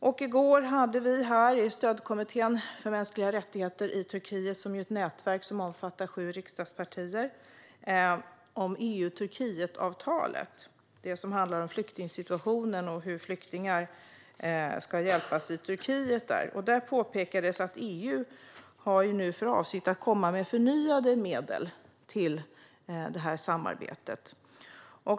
I går hade vi i Svenska stödkommittén för mänskliga rättigheter i Turkiet, ett nätverk som omfattar sju riksdagspartier, uppe frågan om EU-Turkiet-avtalet, flyktingsituationen och hur flyktingar ska hjälpas i Turkiet. Där påpekades att EU nu har för avsikt att komma med förnyade medel till det här samarbetet.